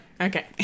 Okay